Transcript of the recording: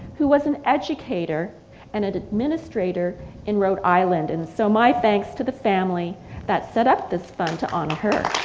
who was an educator and an administrator in rhode island and so my thanks to the family that set up this fund to honor her.